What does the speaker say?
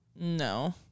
no